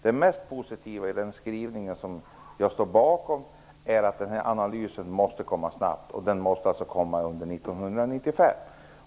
Det mest positiva i den skrivning som jag står bakom är att denna analys måste komma snabbt. Den måste alltså komma under 1995.